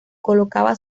colocaba